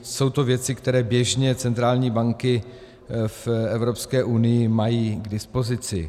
Jsou to věci, které běžně centrální banky v Evropské unii mají k dispozici.